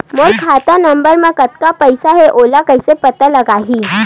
मोर खाता नंबर मा कतका पईसा हे ओला कइसे पता लगी?